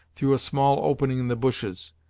through a small opening in the bushes,